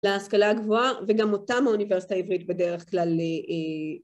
להשכלה גבוהה וגם אותם האוניברסיטה העברית בדרך כלל אה.. אה..